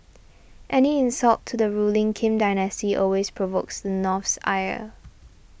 any insult to the ruling Kim dynasty always provokes the North's ire